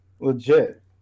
legit